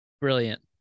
Brilliant